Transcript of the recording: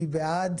מי בעד?